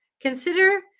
Consider